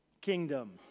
kingdom